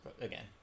again